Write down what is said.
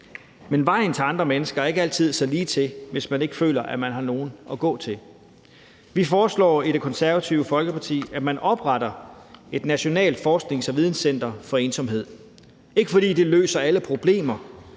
Men vejen til andre mennesker er ikke altid så ligetil, hvis man ikke føler, at man har nogen at gå til. Vi foreslår i Det Konservative Folkeparti, at man opretter et nationalt forsknings- og videnscenter for ensomhed. Det er ikke, fordi det løser alle problemer,